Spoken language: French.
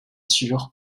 sûr